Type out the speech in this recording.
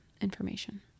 information